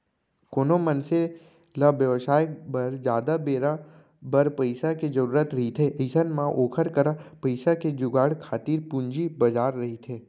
कोनो मनसे ल बेवसाय बर जादा बेरा बर पइसा के जरुरत रहिथे अइसन म ओखर करा पइसा के जुगाड़ खातिर पूंजी बजार रहिथे